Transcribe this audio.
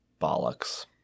Bollocks